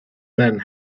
men